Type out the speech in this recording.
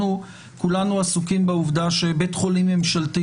כולנו עסוקים בעובדה שבית חולים ממשלתי